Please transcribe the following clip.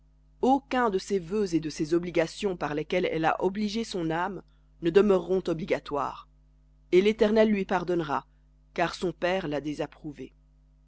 aucun de ses vœux et de ses obligations par lesquelles elle a obligé son âme ne demeureront obligatoires et l'éternel lui pardonnera car son père l'a désapprouvée